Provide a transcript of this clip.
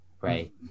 right